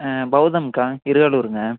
ஆ பௌதம்க்கா திருவாரூர்ங்க